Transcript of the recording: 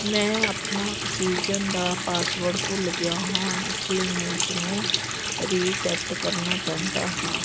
ਮੈਂ ਆਪਣਾ ਆਕਸੀਜਨ ਦਾ ਪਾਸਵਰਡ ਭੁੱਲ ਗਿਆ ਹਾਂ ਇਸ ਲਈ ਮੈਂ ਇਸਨੂੰ ਰੀਸੈਟ ਕਰਨਾ ਚਾਹੁੰਦਾ ਹਾਂ